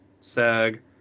SAG